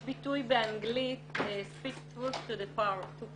יש ביטוי באנגלית שאומר "speak truth to power",